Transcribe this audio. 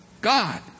God